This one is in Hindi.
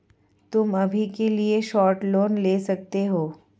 तुम अभी के लिए शॉर्ट लोन ले सकते हो